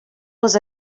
was